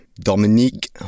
Dominique